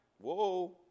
whoa